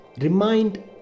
remind